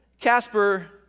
Casper